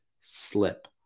slip